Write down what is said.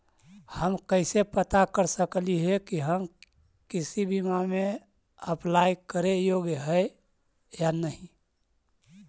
हम कैसे पता कर सकली हे की हम किसी बीमा में अप्लाई करे योग्य है या नही?